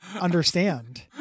understand